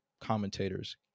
commentators